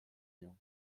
nią